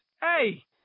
hey